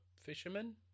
fisherman